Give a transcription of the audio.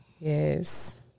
Yes